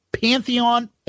Pantheon